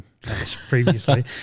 previously